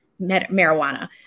marijuana